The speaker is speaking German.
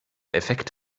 effekt